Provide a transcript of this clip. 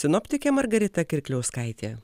sinoptikė margarita kirkliauskaitė